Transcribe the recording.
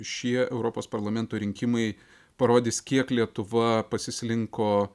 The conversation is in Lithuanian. šie europos parlamento rinkimai parodys kiek lietuva pasislinko